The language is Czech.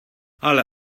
ale